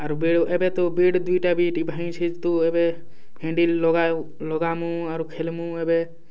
ଆରୁ ଏବେ ତ ବେଟ୍ ଦୁଇଟା ବି ଡିଭାଇଜ୍ ହେଇଛେ ତ ଏବେ ହେଣ୍ଡିଲ୍ ଲଗା ଲଗାମୁ ଆରୁ ଖେଲ୍ମୁ ଏବେ